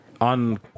On